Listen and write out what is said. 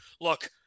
look